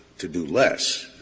to do less,